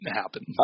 happen